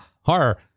Horror